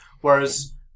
Whereas